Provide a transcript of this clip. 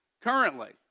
currently